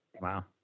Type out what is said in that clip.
Wow